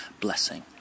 blessing